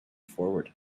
forward